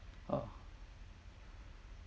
oh